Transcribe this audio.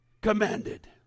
commanded